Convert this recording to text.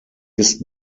ist